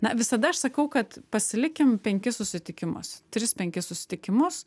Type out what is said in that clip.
na visada aš sakau kad pasilikim penkis susitikimus tris penkis susitikimus